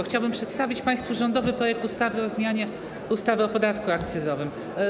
Chciałbym przedstawić państwu rządowy projekt ustawy o zmianie ustawy o podatku akcyzowym.